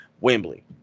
Wembley